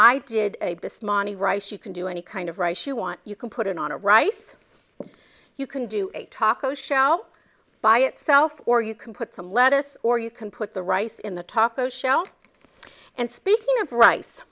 i did this mommy rice you can do any kind of rice you want you can put it on a rice you can do a taco shell by itself or you can put some lettuce or you can put the rice in the talkers shell and speaking of rice